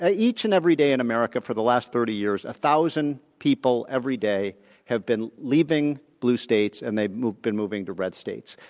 ah each and every day in america for the last thirty years, one thousand people every day have been leaving blue states and they've been moving to red states.